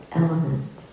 element